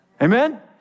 Amen